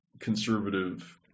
conservative